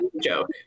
joke